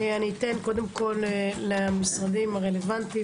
אתן קודם למשרדים הרלוונטיים.